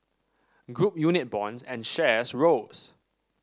group unit bonds and shares rose